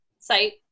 site